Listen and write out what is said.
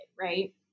right